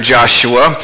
Joshua